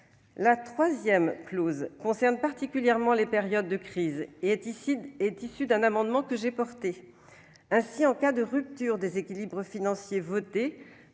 La troisième clause concerne plus particulièrement les périodes de crise et découle d'un amendement dont je suis l'auteure. Ainsi, en cas de rupture des équilibres financiers votés,